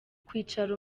kwicara